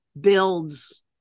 builds